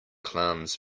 clowns